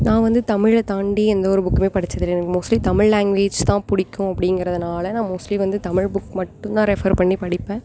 நான் வந்து தமிழை தாண்டி எந்த ஒரு புக்குமே படிச்சதில்லை எனக்கு மோஸ்ட்லி தமிழ் லேங்குவேஜ் தான் பிடிக்கும் அப்படிங்கிறதுனால நான் மோஸ்ட்லி வந்து தமிழ் புக் மட்டும் தான் ரெஃபர் பண்ணி படிப்பேன்